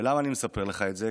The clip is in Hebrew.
ולמה אני מספר לך את זה?